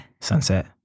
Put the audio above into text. Sunset